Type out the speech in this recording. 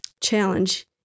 challenge